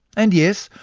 and yes,